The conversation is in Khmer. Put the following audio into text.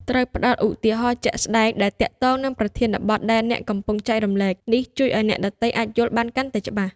ត្រូវផ្តល់ឧទាហរណ៍ជាក់ស្ដែងដែលទាក់ទងនឹងប្រធានបទដែលអ្នកកំពុងចែករំលែក។ នេះជួយឲ្យអ្នកដទៃអាចយល់បានកាន់តែច្បាស់។